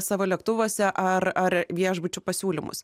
savo lėktuvuose ar ar viešbučių pasiūlymus